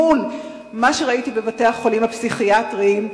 מול מה שראיתי בבתי-החולים הפסיכיאטריים,